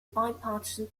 bipartisan